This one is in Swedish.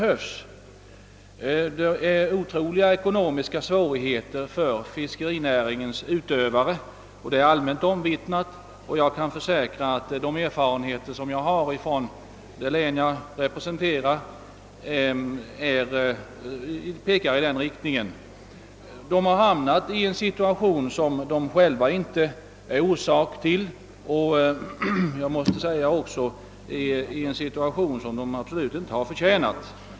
Fiskerinäringens utövare har oerhört stora ekonomiska Svårigheter att brottas med. Det är allmänt omvittnat. Jag kan också försäkra att de erfarenheter jag har från det län jag representerar visar detta. Fiskarna har hamnat i en situation, som de alls inte förtjänat att hamna i och som de själva inte är orsak till.